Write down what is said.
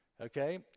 okay